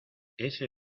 ese